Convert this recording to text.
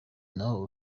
naho